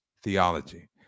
theology